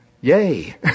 yay